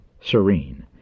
serene